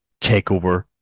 takeover